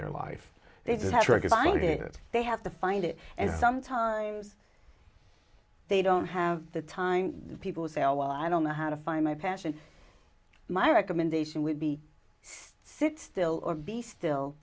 their life they just try to find it they have to find it and sometimes they don't have the time people say oh well i don't know how to find my passion my recommendation would be sit still or be still